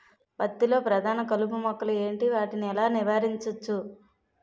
పత్తి లో ప్రధాన కలుపు మొక్కలు ఎంటి? వాటిని ఎలా నీవారించచ్చు?